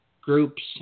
groups